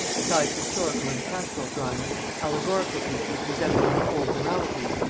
besides historical and pastoral dramas, allegorical pieces resembling the old moralities,